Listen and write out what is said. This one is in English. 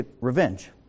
revenge